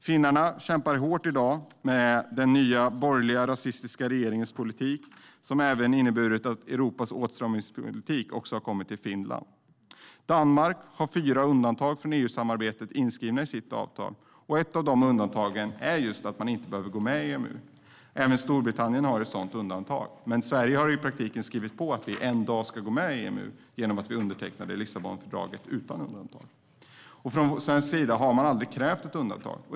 Finnarna kämpar i dag hårt med den nya borgerliga, rasistiska regeringens politik, som har inneburit att Europas åtstramningspolitik även har kommit till Finland. Danmark har fyra undantag från EU-samarbetet inskrivna i sitt avtal. Ett av dessa är att Danmark inte behöver gå med i EMU. Även Storbritannien har ett sådant undantag, men Sverige har i praktiken skrivit på att vi en dag ska gå med i EMU, genom att vi undertecknade Lissabonfördraget utan undantag. Från svensk sida har man aldrig krävt ett undantag.